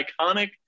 iconic